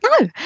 no